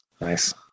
Nice